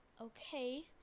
okay